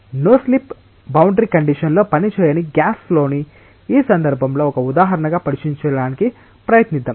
no slip boundary condition లో పనిచేయని gas ఫ్లోని ఈ సందర్భంలో ఒక ఉదాహరణగా పరిశీలించడానికి ప్రయత్నిద్దాం